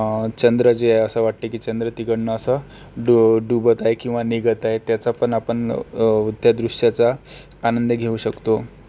चंद्र जे आहे असं वाटतं की चंद्र तिकडनं असा डू डुबत आहे किंवा निघत आहे त्याचा पण आपण त्या दृश्याचा आनंद घेऊ शकतो